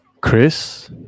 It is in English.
Chris